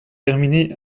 terminée